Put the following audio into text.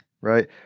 right